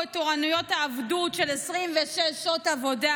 את תורנויות העבדות של 26 שעות עבודה,